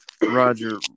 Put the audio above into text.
Roger